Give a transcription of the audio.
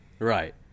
Right